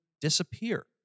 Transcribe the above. disappear